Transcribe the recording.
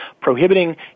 prohibiting